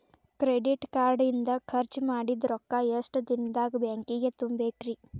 Credit card ಇಂದ್ ಖರ್ಚ್ ಮಾಡಿದ್ ರೊಕ್ಕಾ ಎಷ್ಟ ದಿನದಾಗ್ ಬ್ಯಾಂಕಿಗೆ ತುಂಬೇಕ್ರಿ?